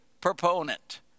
proponent